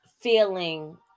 feeling